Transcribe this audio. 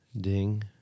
ding